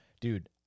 Dude